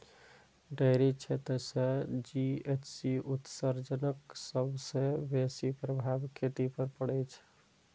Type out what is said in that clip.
dairy क्षेत्र सं GHC उत्सर्जनक सबसं बेसी प्रभाव खेती पर पड़ै छै